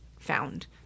found